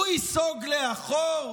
הוא ייסוג לאחור?